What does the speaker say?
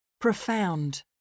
Profound